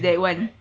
that [one] right